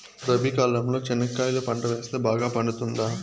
రబి కాలంలో చెనక్కాయలు పంట వేస్తే బాగా పండుతుందా?